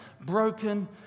Broken